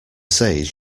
says